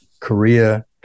Korea